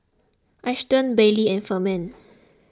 Ashton Baylee and Furman